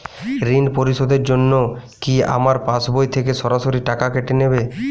ঋণ পরিশোধের জন্য কি আমার পাশবই থেকে সরাসরি টাকা কেটে নেবে?